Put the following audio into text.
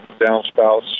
downspouts